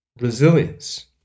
resilience